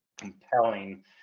compelling